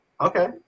okay